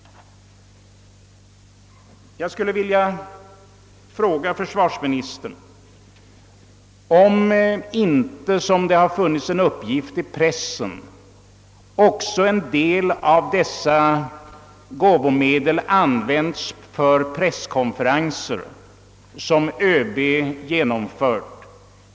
Jag skulle vilja fråga försvarsministern om inte också, såsom framgår av en pressuppgift, en del av dessa gåvomedel använts till presskonferenser som ÖB genomfört.